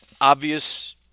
obvious